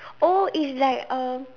oh is like uh